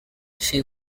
she